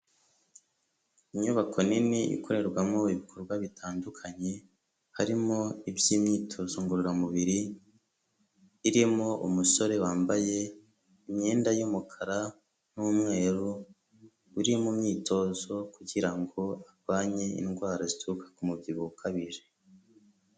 Inyubako nini ikorerwamo ibikorwa bitandukanye, harimo iby'imyitozo ngororamubiri, irimo umusore wambaye imyenda y'umukara n'umweru, uri mu myitozo kugira ngo arwanye indwara zituruka ku mubyibuho ukabije.